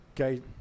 Okay